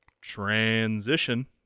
Transition